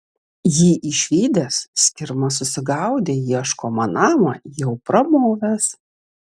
jį išvydęs skirma susigaudė ieškomą namą jau pramovęs